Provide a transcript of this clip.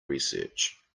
research